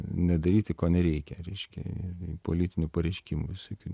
nedaryti ko nereikia reiškia politinių pareiškimų visokių